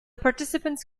participants